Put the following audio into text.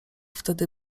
wtedy